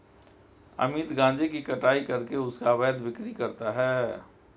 अमित गांजे की कटाई करके उसका अवैध बिक्री करता है